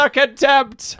contempt